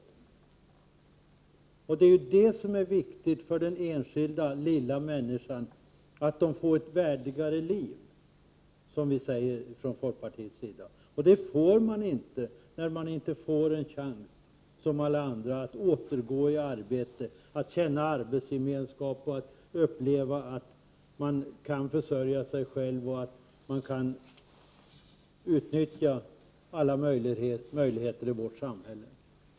Som vi från folkpartiets sida säger är det ju viktigt för den lilla enskilda människan att hon får ett värdigare liv, vilket man inte får när man inte har en chans som alla andra att återgå i arbete, att känna arbetsgemenskap, att känna tillfredsställelsen av att man kan försörja sig själv och att man kan utnyttja alla möjligheter i vårt samhälle.